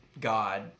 God